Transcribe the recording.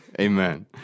Amen